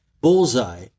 bullseye